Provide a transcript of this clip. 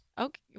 Okay